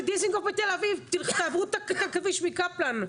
זה דיזינגוף בתל אביב, תעברו את הכביש מקפלן.